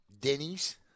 Denny's